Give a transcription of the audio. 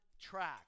track